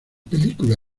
película